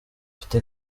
mfite